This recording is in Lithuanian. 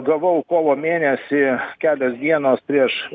gavau kovo mėnesį kelios dienos prieš